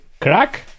crack